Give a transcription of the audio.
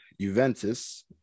Juventus